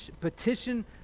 petition